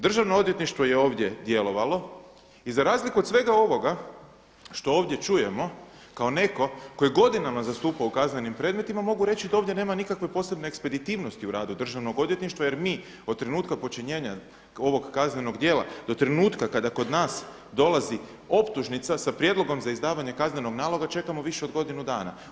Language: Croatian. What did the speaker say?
Državno odvjetništvo je ovdje djelovalo i za razliku od svega ovoga što ovdje čujemo kao netko tko je godinama zastupao u kaznenim predmetima mogu reći da ovdje nema nikakve posebne ekspeditivnosti u radu državnog odvjetništva jer mi od trenutka počinjenja ovog kaznenog djela do trenutka kada kod nas dolazi optužnica sa prijedlogom za izdavanje kaznenog naloga čekamo više od godinu dana.